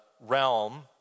realm